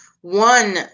one